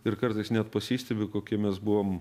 ir kartais net pasistebiu kokie mes buvom